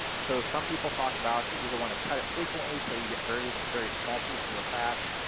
so some people talk about you either want to cut it frequently so you get very, very small pieces of thatch,